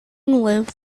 live